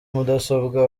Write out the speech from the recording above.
mudasobwa